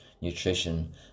nutrition